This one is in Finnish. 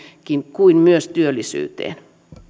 kuin myös työllisyyteen